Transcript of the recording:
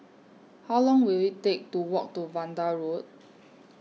How Long Will IT Take to Walk to Vanda Road